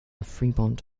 fremont